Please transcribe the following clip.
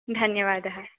धन्यवादः